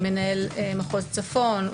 מנהל מחוז צפון,